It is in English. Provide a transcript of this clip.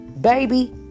baby